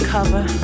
cover